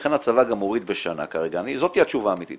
לכן הצבא גם מוריד בשנה כרגע, זאת התשובה האמיתית.